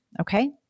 okay